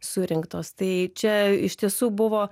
surinktos tai čia iš tiesų buvo